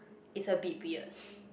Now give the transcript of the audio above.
it's a bit weird